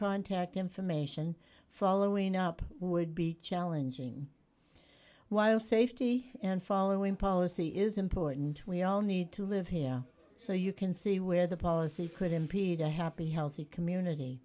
contact information following up would be challenging while safety and following policy is important we all need to live here so you can see where the policy could impede a happy healthy community